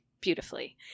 beautifully